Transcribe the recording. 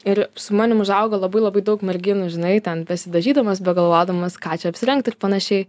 ir su manim užaugo labai labai daug merginų žinai ten pasidažydamos begalvodamos ką čia apsirengt ir panašiai